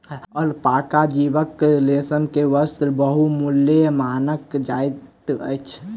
alpaca जीवक रेशम के वस्त्र बहुमूल्य मानल जाइत अछि